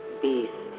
beast